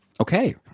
Okay